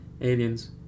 aliens